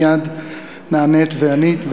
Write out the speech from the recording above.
מייד נענית וענית,